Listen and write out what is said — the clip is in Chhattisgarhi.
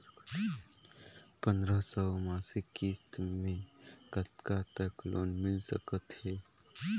पंद्रह सौ मासिक किस्त मे कतका तक लोन मिल सकत हे?